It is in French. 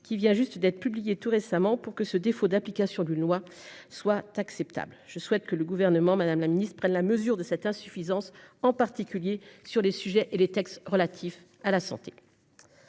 qui vient juste d'être publié tout récemment pour que ce défaut d'application d'une loi soit tu acceptable, je souhaite que le gouvernement Madame la Ministre prennent la mesure de cette insuffisance, en particulier sur les sujets et les textes relatifs à la santé.